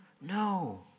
No